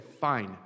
fine